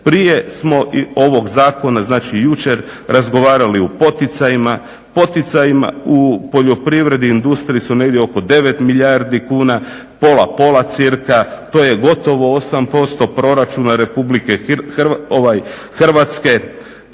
Prije smo, ovog zakona, znači jučer razgovarali o poticajima, poticajima u poljoprivredi, industriji su negdje oko 9 milijardi kuna, pola pola cirka. To je gotovo 8% proračuna RH i vidimo